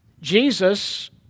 Jesus